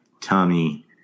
tommy